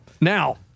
Now